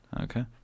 Okay